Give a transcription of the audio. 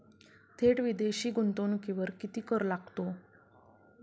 थेट विदेशी गुंतवणुकीवर किती कर लागतो?